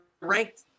ranked